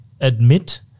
admit